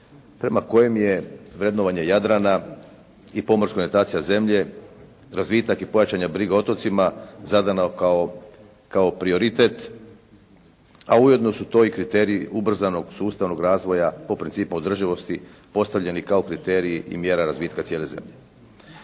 prema kojem je vrednovanje Jadrana i pomorska orijentacija zemlje, razvitak i pojačana briga o otocima zadano kao prioritet, a ujedno su to i kriteriji ubrzanog sustavnog razvoja po principu održivosti postavljeni kao kriteriji i mjera razvitka cijele zemlje.